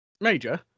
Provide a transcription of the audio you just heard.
Major